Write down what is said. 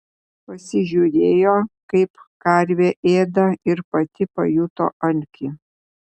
pasižiūrėjo kaip karvė ėda ir pati pajuto alkį